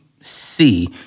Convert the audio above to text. see